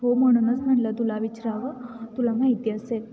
हो म्हणूनच म्हटलं तुला विचरावं तुला माहिती असेल